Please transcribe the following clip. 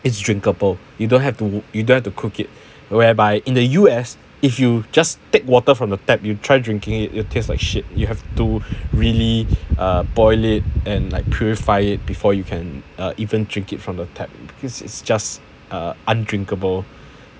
it's drinkable you don't have to you don't have to cook it whereby in the U_S if you just take water from the tap you try drinking it'll taste like shit you have to really err boil it and like purify it before you can even drink it from the tap because it's just uh undrinkable